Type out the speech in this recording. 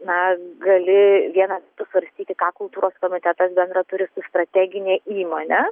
na gali vienas pasvarstyti ką kultūros komitetas bendra turi su strategine įmone